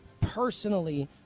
personally